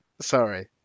sorry